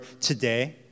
today